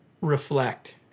Reflect